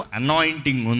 anointing